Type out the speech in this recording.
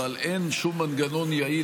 אבל אין שום מנגנון יעיל,